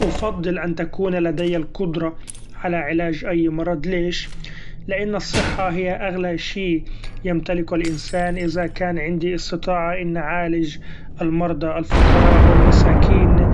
أفضل أن تكون لدي القدرة علي علاج اي مرض ليش ؛ لأن الصحة هي أغلي شي يمتلكه الإنسان إذا كان عندي استطاعه إني اعالج المرضي الفقراء و المساكين ،